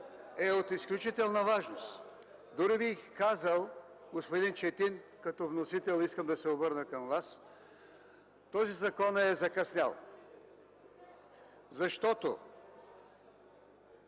е от изключителна важност. Дори бих казал, господин Четин, като вносител искам да се обърна към Вас – този закон е закъснял, защото